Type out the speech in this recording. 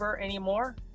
anymore